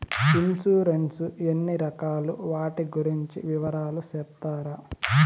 Insurance ఎన్ని రకాలు వాటి గురించి వివరాలు సెప్తారా?